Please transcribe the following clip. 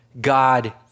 God